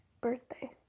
birthday